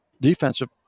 defensive